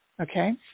Okay